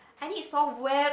I need software